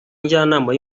njyanama